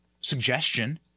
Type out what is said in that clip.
suggestion